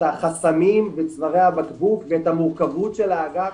החסמים וצווארי הבקבוק ואת המורכבות של האגף,